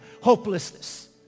hopelessness